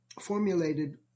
formulated